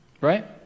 Right